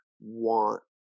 want